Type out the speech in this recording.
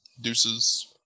Deuces